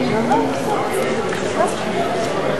זכאות לדיור לעולים חדשים),